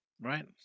Right